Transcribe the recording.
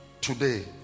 today